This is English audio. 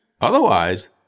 Otherwise